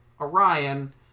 orion